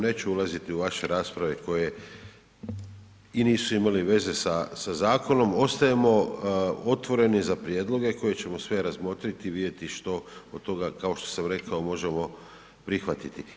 Neću ulaziti u vaše rasprave koje i nisu imale veze sa zakonom, ostajemo otvoreni za prijedloge koje ćemo sve razmotriti i vidjeti što od toga kao što sam rekao možemo prihvatiti.